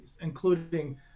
including